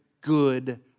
good